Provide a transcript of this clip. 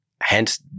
hence